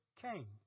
came